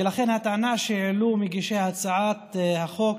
ולכן הטענה שהעלו מגישי הצעת החוק,